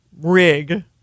rig